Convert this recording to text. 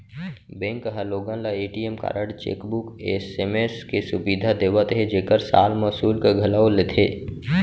bank ह लोगन ल ए.टी.एम कारड, चेकबूक, एस.एम.एस के सुबिधा देवत हे जेकर साल म सुल्क घलौ लेथे